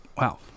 wow